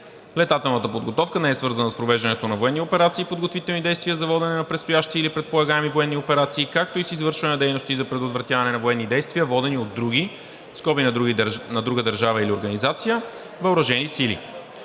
Летателната подготовка не е свързана с провеждането на военни операции и подготвителни действия за водене на предстоящи или предполагаеми военни операции, както и с извършване на дейности за предотвратяване на военни действия, водени от други (на друга държава или организация) въоръжени сили.